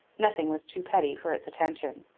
nothing was too petty for its attention.